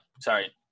Sorry